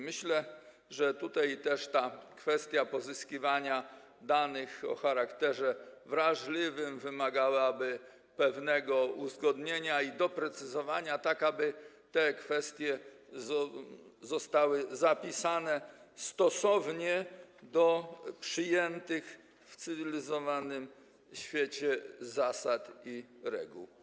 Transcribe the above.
Myślę, że kwestia pozyskiwania danych o charakterze wrażliwym wymaga pewnego uzgodnienia i doprecyzowania, aby te kwestie zostały zapisane stosownie do przyjętych w cywilizowanym świecie zasad i reguł.